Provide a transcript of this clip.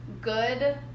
good